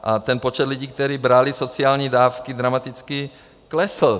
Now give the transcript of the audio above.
A počet lidí, kteří brali sociální dávky, dramaticky klesl.